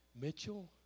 Mitchell